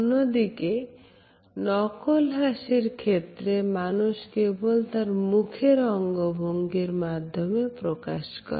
অন্যদিকে নকল হাসির ক্ষেত্রে মানুষ কেবল তার মুখের অঙ্গভঙ্গির মাধ্যমে প্রকাশ করে